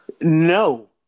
No